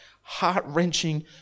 heart-wrenching